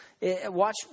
Watch